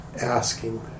asking